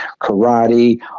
karate